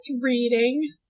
reading